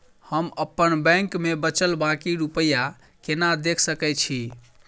हम अप्पन बैंक मे बचल बाकी रुपया केना देख सकय छी?